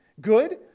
good